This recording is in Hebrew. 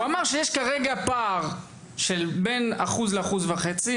הוא אמר שיש כרגע פער של בין אחוז לאחוז וחצי,